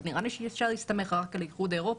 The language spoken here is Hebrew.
אבל נראה לי שאפשר להסתמך רק על האיחוד האירופי,